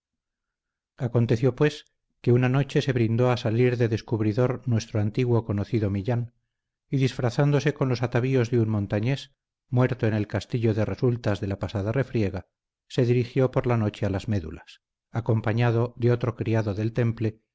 aconteció pues que una noche se brindó a salir de descubridor nuestro antiguo conocido millán y disfrazándose con los atavíos de un montañés muerto en el castillo de resultas de la pasada refriega se dirigió por la noche a las médulas acompañado de otro criado del temple